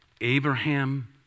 Abraham